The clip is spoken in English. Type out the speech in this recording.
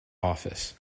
office